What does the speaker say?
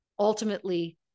ultimately